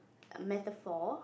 metaphor